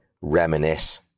reminisce